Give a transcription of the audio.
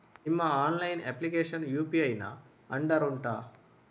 ನಿಮ್ಮ online application UPI ನ ಅಂಡರ್ ಉಂಟಾ